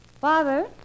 Father